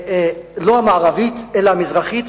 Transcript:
לא המערבית אלא המזרחית.